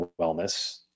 wellness